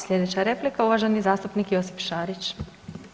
Slijedeća replika uvaženi zastupnik Josip Šarić.